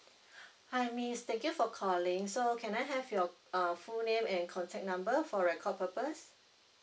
hi miss thank you for calling so can I have your uh full name and contact number for record purpose